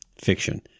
fiction